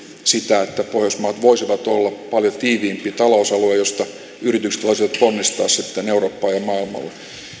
sitä että pohjoismaat voisivat olla paljon tiiviimpi talousalue josta yritykset voisivat ponnistaa sitten eurooppaan ja maailmalle